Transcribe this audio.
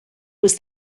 was